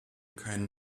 keinen